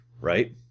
right